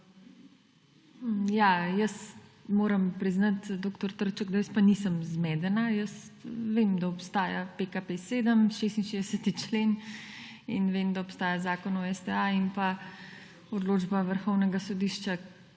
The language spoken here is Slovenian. Ja, jaz moram priznati, dr. Trček, da jaz pa nisem zmedena. Jaz vem, da obstaja PKP7, 66. člen, in vem, da obstaja Zakon o STA in pa odločba vrhovnega sodišča,